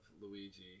Luigi